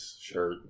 shirt